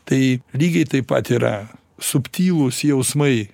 tai lygiai taip pat yra subtilūs jausmai